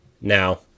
Now